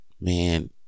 man